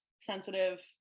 sensitive